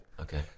okay